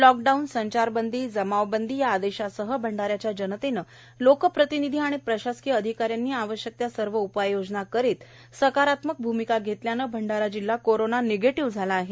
lockdown संचारबंदी जमावबंदी या आदेशासह भंडाऱ्याच्या जनतेने लोकप्रतिनिधी आणि प्रशासकीय अधिकाऱ्यांनी आवश्यक त्या सर्व उपाययोजना करीत सकारात्मक भ्मिका घेतल्याने भंडारा जिल्हा कोरोना निगेटिव्ह झाला आहे